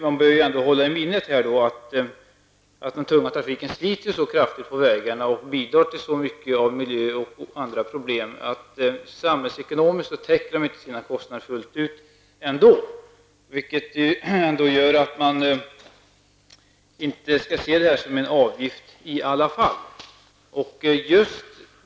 Man bör ändå hålla i minnet att den tunga trafiken sliter så kraftigt på vägarna och i så stor utsträckning bidrar till miljö och andra problem att den samhällsekonomiskt inte täcker sina kostnader fullt ut. Det gör ju att man inte skall se det här som en avgift i alla fall.